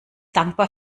dankbar